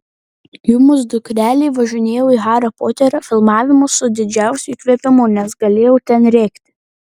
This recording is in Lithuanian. gimus dukrelei važinėjau į hario poterio filmavimus su didžiausiu įkvėpimu nes galėjau ten rėkti